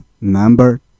number